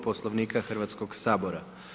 Poslovnika Hrvatskog sabora.